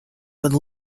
would